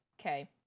Okay